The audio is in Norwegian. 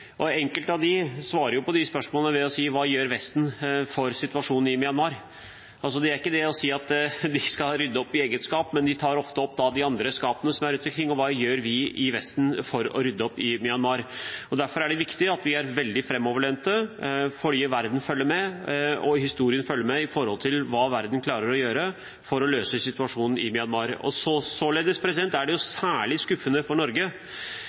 Myanmar? Det er ikke det at de ikke skal rydde opp i eget skap, men de tar ofte opp de andre skapene som er rundt omkring, og hva vi i Vesten gjør for å rydde opp i Myanmar. Derfor er det viktig at vi er veldig framoverlente. Verden følger med, og historien følger med på hva verden klarer å gjøre for å løse situasjonen i Myanmar. Således er det særlig skuffende for Norge, selv om det er Nobelkomiteen som uavhengig komité som tildeler Nobels fredspris, men Suu Kyi har fått en slik pris, og det er vanskelig å se at hun lever opp til de forventningene. Særlig skuffende